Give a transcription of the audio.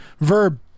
Verb